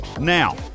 Now